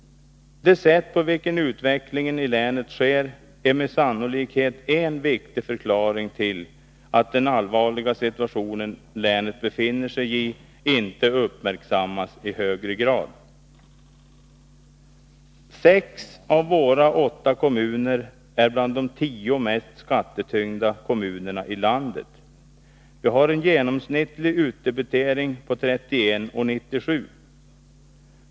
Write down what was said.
Det sätt på vilket utvecklingen i länet sker är med sannolikhet en viktig förklaring till att den allvarliga situation länet befinner sig i inte uppmärksammas i högre grad. Sex av våra åtta kommuner är bland de tio mest skattetyngda kommunerna i landet. Vi har en genomsnittlig utdebitering på 31:97 kr.